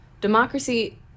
democracy